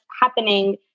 happening